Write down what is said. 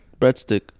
breadstick